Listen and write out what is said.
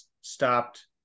stopped